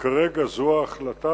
כרגע זו ההחלטה,